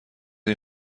این